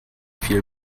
viel